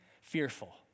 fearful